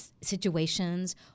situations